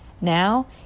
Now